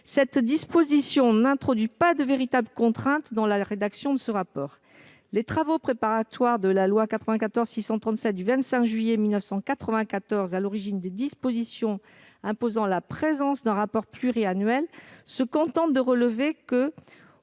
cette disposition n'introduit pas de véritables contraintes dans la rédaction de ce rapport. Lors des travaux préparatoires de la loi n° 94-637 du 25 juillet 1994, à l'origine des dispositions imposant un rapport pluriannuel, il a été relevé qu'«